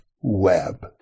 web